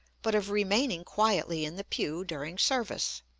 but of remaining quietly in the pew during service,